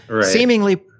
seemingly